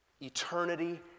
Eternity